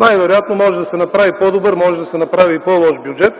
Най-вероятно може да се направи и по-добър, и по лош бюджет.